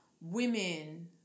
women